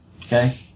Okay